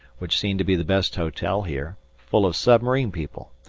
which seems to be the best hotel here, full of submarine people,